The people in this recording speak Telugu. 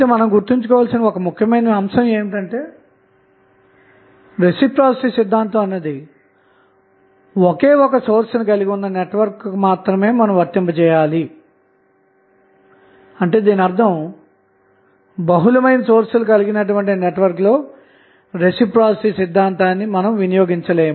మనం గుర్తుంచుకోవలసిన ఒక ముఖ్యమైన అంశం ఏమిటంటే రెసిప్రొసీటీ సిద్ధాంతం అన్నది ఒకే ఒక సోర్స్ ను కలిగి ఉన్న నెట్వర్క్కు మాత్రమే వర్తింపచేయాలి అన్న మాట దీనర్ధం బహుళ మైన సోర్స్ లు కలిగినటువంటి నెట్వర్క్ లో రెసిప్రొసీటీ సిద్ధాంతాన్ని ఉపయోగించలేము